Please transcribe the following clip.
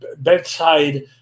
bedside